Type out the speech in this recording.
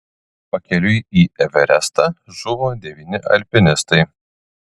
pakeliui į everestą žuvo devyni alpinistai